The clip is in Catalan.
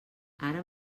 ara